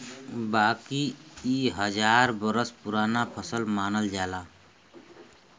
बाकी इ हजार बरस पुराना फसल मानल जाला